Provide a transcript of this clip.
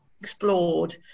explored